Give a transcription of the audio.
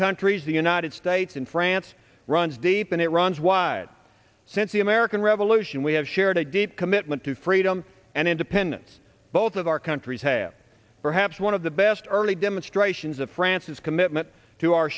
countries the united states and france runs deep and it runs wide since the american revolution we have shared a deep commitment to freedom and independence both of our countries have perhaps one of the best early demonstrations of france's commitment to our